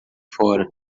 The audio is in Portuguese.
fora